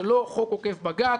זה לא חוק עוקף בג"ץ.